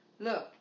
Look